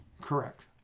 Correct